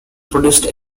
produced